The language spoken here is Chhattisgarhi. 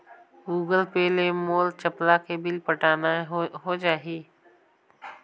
गूगल पे ले मोल चपला के बिल पटाना हे, हो जाही का?